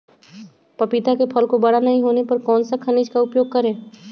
पपीता के फल को बड़ा नहीं होने पर कौन सा खनिज का उपयोग करें?